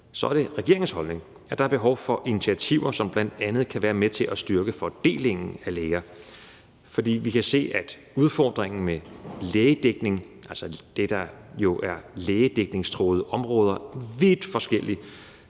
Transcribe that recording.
er det regeringens holdning, at der er behov for initiativer, som bl.a. kan være med til at styrke fordelingen af læger. For vi kan se, at udfordringen med lægedækning, altså det, der jo er lægedækningstruede områder, er vidt forskellig